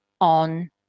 on